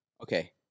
Okay